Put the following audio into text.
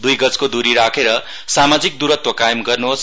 दुई गजको दूरी राखेर सामाजिक दूरत्व कायम गर्नुहोस